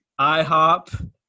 IHOP